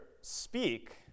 speak